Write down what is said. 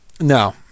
No